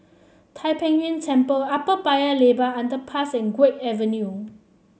Tai Pei Yuen Temple Upper Paya Lebar Underpass and Guok Avenue